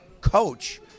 coach